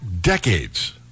decades